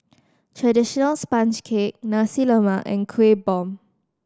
traditional sponge cake Nasi Lemak and Kuih Bom